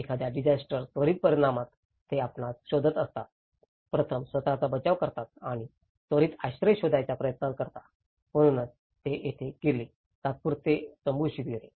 एखाद्या डिजास्टरच्या त्वरित परिणामांत ते आपणास शोधत असतात प्रथम स्वत चा बचाव करतात आणि त्वरित आश्रय शोधण्याचा प्रयत्न करतात म्हणूनच ते तिथेच गेले तात्पुरते तंबू शिबिरे